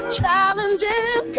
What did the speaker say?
challenges